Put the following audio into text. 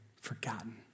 forgotten